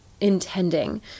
intending